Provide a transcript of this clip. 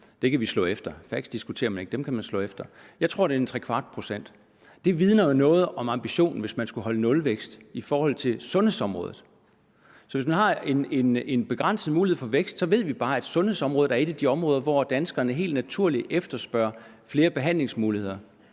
Det kan vi slå efter. Facts diskuterer man ikke, dem kan man slå efter. Jeg tror, det er ¾ pct. Det vidner jo noget om ambitionen, hvis man skulle holde en nulvækst på sundhedsområdet. Så hvis man har en begrænset mulighed for vækst, så ved vi bare, at sundhedsområdet er et af de områder, hvor danskerne helt naturligt efterspørger flere behandlingsmuligheder,